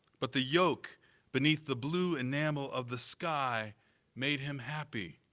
but the yolk beneath the blue enamel of the sky made him happy.